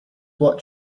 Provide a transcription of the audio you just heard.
what